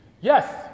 Yes